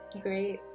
great